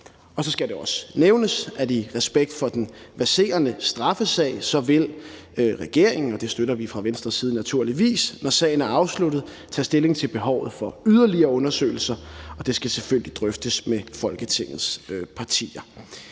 Så skal det også nævnes, at i respekt for den verserende straffesag vil regeringen, når sagen er afsluttet – og det støtter vi fra Venstres side naturligvis – tage stilling til behovet for yderligere undersøgelser, og det skal selvfølgelig drøftes med Folketingets partier.